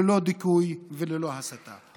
ללא דיכוי וללא הסתה.